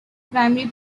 primary